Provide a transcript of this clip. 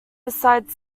beside